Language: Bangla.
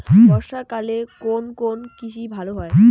বর্ষা কালে কোন কোন কৃষি ভালো হয়?